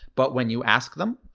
but when you ask them,